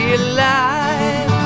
alive